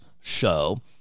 show